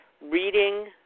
reading